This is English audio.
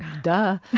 duh.